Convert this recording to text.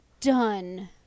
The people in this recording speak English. Done